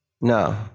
No